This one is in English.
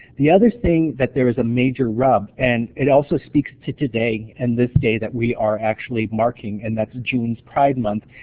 the other thing that there is a major rub, and it also speaks to today, in and this day that we are actually marking, and that's june's pride month,